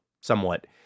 somewhat –